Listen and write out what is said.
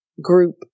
group